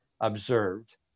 observed